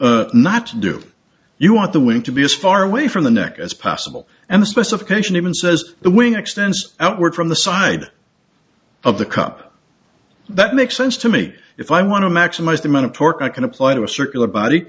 would not do you want the wing to be as far away from the neck as possible and the specification even says the wing extends outward from the side of the cup that makes sense to me if i want to maximize the amount of torque i can apply to a circular b